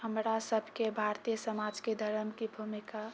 हमरा सभके भारतीय समाजके धर्मके भूमिका